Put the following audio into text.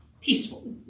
Peaceful